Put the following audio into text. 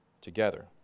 together